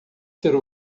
ser